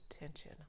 attention